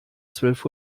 zwölf